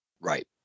right